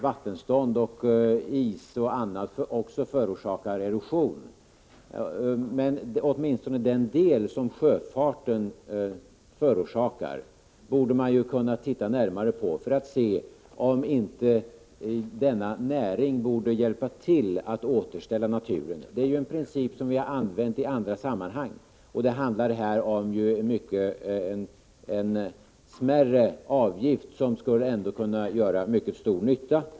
Vattenstånd, is och annat förorsakar säkert också erosion, men åtminstone den del som sjöfarten åstadkommer borde man kunna titta litet närmare på, för att undersöka om inte sjöfartsnäringen bör hjälpa till att återställa naturen. Det är en princip som vi har använt i andra sammanhang, och det handlar här om en mindre avgift, som ändå skulle kunna göra mycket stor nytta.